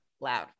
loud